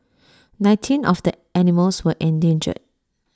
nineteen of the animals were endangered